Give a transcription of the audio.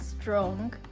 strong